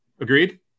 Agreed